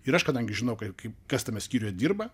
ir aš kadangi žinau kaip kas tame skyriuje dirba